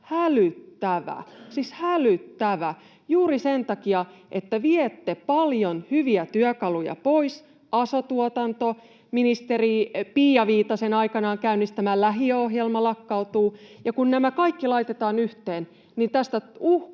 hälyttävä — siis hälyttävä — juuri sen takia, että viette paljon hyviä työkaluja pois, aso-tuotanto ja ministeri Pia Viitasen aikanaan käynnistämä lähiöohjelma lakkautuvat. Ja kun nämä kaikki laitetaan yhteen, niin tästä uhkaa